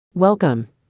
welcome